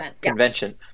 convention